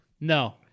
No